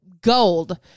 gold